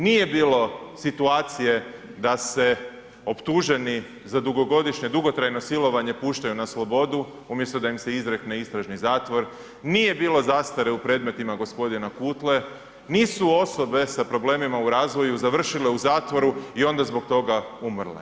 Nije bilo situacije da se optuženi za dugogodišnje dugotrajno silovanje puštaju na slobodu, umjesto da im se izrekne istražni zatvor, nije bilo zastare u predmetima g. Kutle, nisu osobe s problemima u razvoju završile u zatvoru i onda zbog toga umrle.